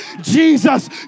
jesus